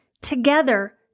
together